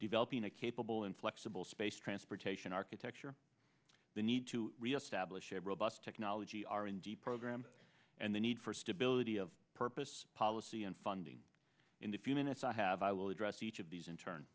developing a capable and flexible space transportation architecture the need to re establish a robust technology r and d program and the need for stability of purpose policy and funding in the few minutes i have i will address each of these in turn